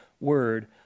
word